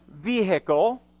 vehicle